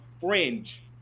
fringe